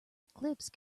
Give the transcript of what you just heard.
eclipse